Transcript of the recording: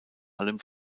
allem